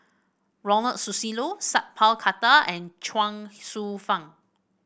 Ronald Susilo Sat Pal Khattar and Chuang Hsueh Fang